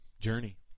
journey